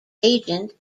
agent